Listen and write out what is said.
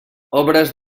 obres